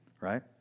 Right